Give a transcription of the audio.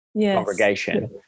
congregation